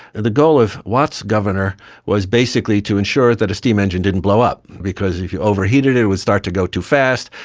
the goal of watts' governor was basically to ensure that a steam engine didn't blow up, because if you overheated it, it would start to go too fast,